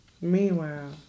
Meanwhile